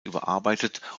überarbeitet